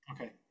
Okay